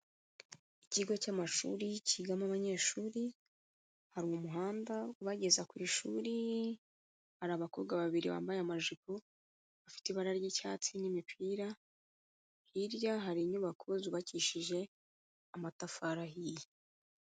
Ikigo cy'amashuri kigamo abanyeshuri, hari umuhanda ubageza ku ishuri, hari abakobwa babiri bambaye amajipo, afite ibara ry'icyatsi n'imipira, hirya hari inyubako zubakishije amatafari ahiye.